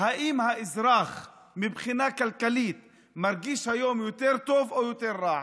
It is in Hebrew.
האם האזרח מבחינה כלכלית מרגיש היום יותר טוב או יותר רע?